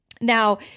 Now